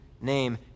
name